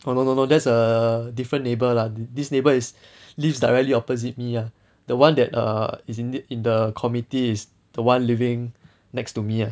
oh no no no there's a different neighbour lah this neighbour is lives directly opposite me ah the one that err is in the in the committee is the one living next to me ah